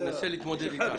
ננסה להתמודד איתם.